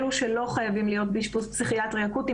אלו שלא חייבים להיות באשפוז פסיכיאטרי אקוטי,